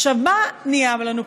עכשיו, מה נהיה לנו פה?